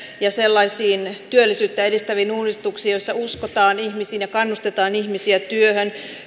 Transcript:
ja sellaisiin työllisyyttä edistäviin uudistuksiin joissa uskotaan ihmisiin ja kannustetaan ihmisiä työhön